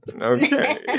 okay